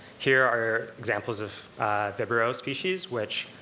here are examples of vibrio species, which,